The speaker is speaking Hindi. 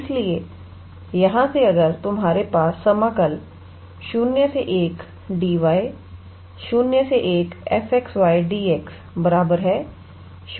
इसलिए यहां से अगर तुम्हारे पास समाकल01𝑑𝑦 01𝑓𝑥 𝑦𝑑𝑥 01 1𝑑𝑦 𝑦01 1 है